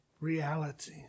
reality